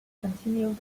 continued